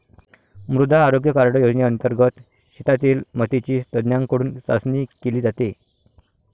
मृदा आरोग्य कार्ड योजनेंतर्गत शेतातील मातीची तज्ज्ञांकडून चाचणी केली जाते